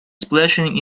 splashing